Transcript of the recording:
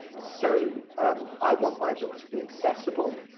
so um i want my book to be accessible,